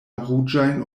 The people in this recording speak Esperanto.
ruĝajn